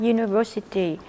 University